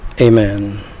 Amen